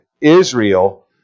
Israel